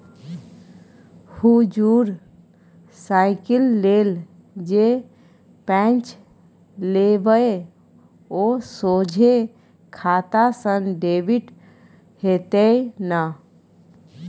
हुजुर साइकिल लेल जे पैंच लेबय ओ सोझे खाता सँ डेबिट हेतेय न